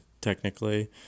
technically